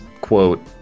Quote